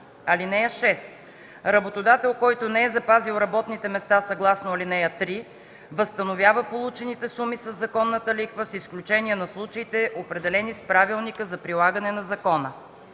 лица. (6) Работодател, който не е запазил работните места съгласно ал. 3, възстановява получените суми със законната лихва, с изключение на случаите, определени с правилника за прилагане на закона.